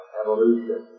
evolution